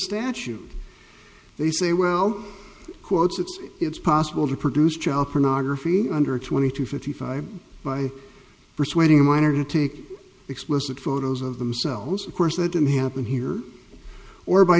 statute they say well quotes if it's possible to produce child pornography under twenty to fifty five by persuading a minor to take explicit photos of themselves of course that didn't happen here or by